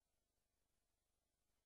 שומעים?